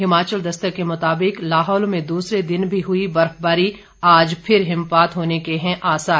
हिमाचल दस्तक के मुताबिक लाहौल में दूसरे दिन भी हुई बर्फबारी आज फिर हिमपात होने के हैं आसार